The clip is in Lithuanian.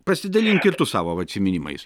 pasidalink ir tu savo vatsiminimais